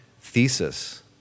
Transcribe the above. thesis